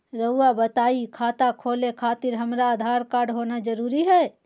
रउआ बताई खाता खोले खातिर हमरा आधार कार्ड होना जरूरी है?